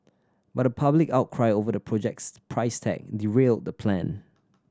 but a public outcry over the project's price tag derailed that plan